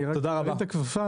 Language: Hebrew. אני רק ארים את הכפפה.